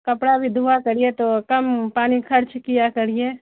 کپڑا بھی دھوا کریے تو کم پانی خرچ کیا کریے